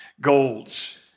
goals